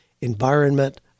environment